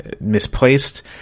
misplaced